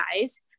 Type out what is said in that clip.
guys